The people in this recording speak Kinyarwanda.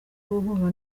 guhura